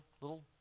little